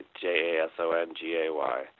J-A-S-O-N-G-A-Y